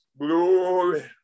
glory